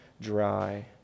dry